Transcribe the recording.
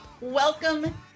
Welcome